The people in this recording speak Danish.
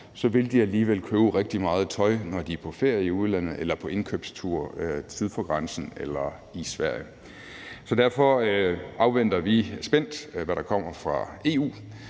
betragteligt, vil købe rigtig meget tøj, når de er på ferie i udlandet eller på indkøbstur syd for grænsen eller i Sverige. Så derfor afventer vi spændt, hvad der kommer fra EU,